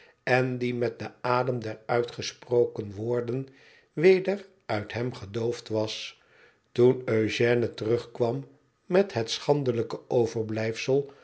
en die met den adem der uitgesproken woorden weder uit hem gedoofd was toen eugène terugkwam met het schandelijke overblijfsel